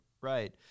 right